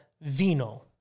vino